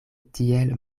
tiel